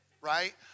right